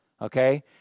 Okay